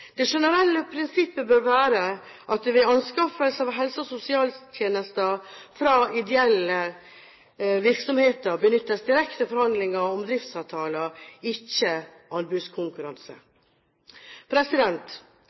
Det generelle prinsippet bør være at det ved anskaffelse av helse- og sosialtjenester fra ideelle virksomheter benyttes direkte forhandlinger om driftsavtaler, ikke